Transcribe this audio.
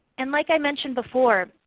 and like i mentioned before,